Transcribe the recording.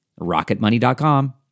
Rocketmoney.com